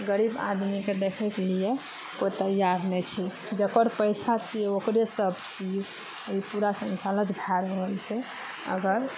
गरीब आदमी के देखैके लिए कोइ तैयार नहि छै जकर पैसा दियै ओकरे सब चीज पूरा संचालित भए रहल छै अगर